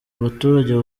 abaturage